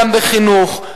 גם בחינוך.